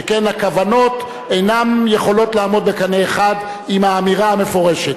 שכן הכוונות אינן יכולות לעמוד בקנה אחד עם האמירה המפורשת.